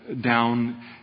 down